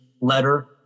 letter